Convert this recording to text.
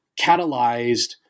catalyzed